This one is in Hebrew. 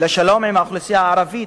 לשלום עם האוכלוסייה הערבית,